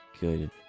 good